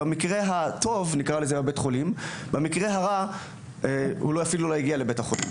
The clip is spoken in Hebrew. במקרה הטוב בבית חולים ובמקרה הרע הוא לא יגיע אפילו לבית החולים.